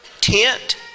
tent